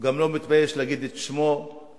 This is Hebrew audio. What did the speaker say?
הוא גם לא מתבייש להגיד את שמו בעיתון,